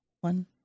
One